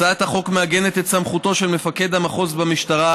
הצעת החוק מעגנת את סמכותו של מפקד המחוז במשטרה,